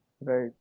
Right